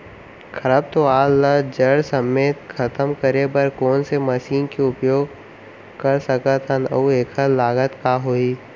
खरपतवार ला जड़ समेत खतम करे बर कोन से मशीन के उपयोग कर सकत हन अऊ एखर लागत का होही?